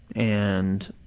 and